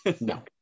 No